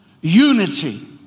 Unity